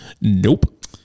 Nope